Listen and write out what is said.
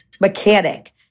mechanic